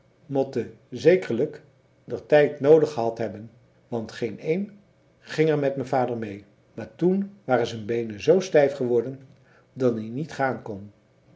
motten zekerlijk der tijd noodig gehad hebben want geen een ging er met me vader mee maar toen waren zen beenen zoo stijf geworden dat ie niet gaan kon